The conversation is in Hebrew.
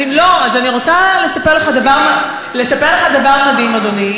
אני רוצה לספר לך דבר מדהים, אדוני.